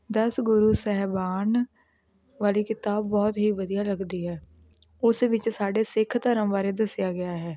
ਦਸ ਗੁਰੂ ਸਾਹਿਬਾਨ ਵਾਲੀ ਕਿਤਾਬ ਬਹੁਤ ਹੀ ਵਧੀਆ ਲੱਗਦੀ ਹੈ ਉਸ ਵਿੱਚ ਸਾਡੇ ਸਿੱਖ ਧਰਮ ਬਾਰੇ ਦੱਸਿਆ ਗਿਆ ਹੈ